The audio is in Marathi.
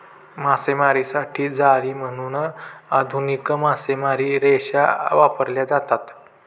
मासेमारीसाठी जाळी म्हणून आधुनिक मासेमारी रेषा वापरल्या जातात